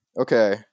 Okay